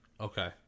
Okay